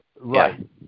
Right